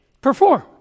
perform